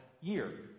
year